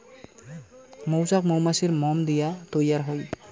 মৌচাক মৌমাছির মোম দিয়া তৈয়ার হই